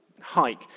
hike